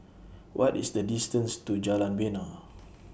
What IS The distance to Jalan Bena